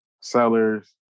sellers